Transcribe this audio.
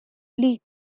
lee